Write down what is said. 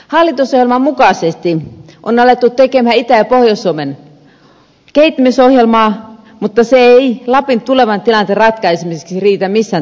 hallitusohjelman mukaisesti on alettu tehdä itä ja pohjois suomen kehittämisohjelmaa mutta se ei lapin tulevan tilanteen ratkaisemiseksi riitä missään tapauksessa